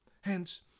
Hence